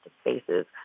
spaces